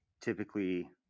typically